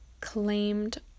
claimed